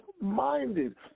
minded